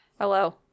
hello